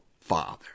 father